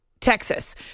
Texas